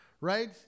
right